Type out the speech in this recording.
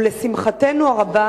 ולשמחתנו הרבה,